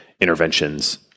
interventions